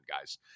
guys